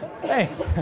Thanks